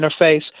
interface